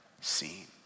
seen